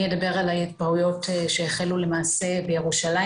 אבל בהחלט רגיעה במצב או גורמים נוספים שגורמים למהות העוסק,